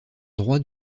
droit